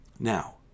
Now